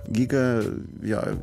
giga jo